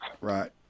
right